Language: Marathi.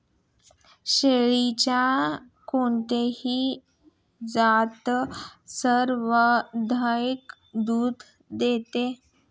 शेळ्यांची कोणती जात सर्वाधिक दूध देते?